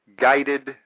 guided